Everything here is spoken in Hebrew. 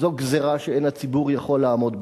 "זו גזירה שאין הציבור יכול לעמוד בה"